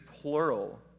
plural